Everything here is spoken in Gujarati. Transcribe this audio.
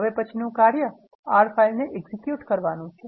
હવે પછીનું કાર્ય R ફાઇલને execute કરવાનુ છે